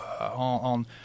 on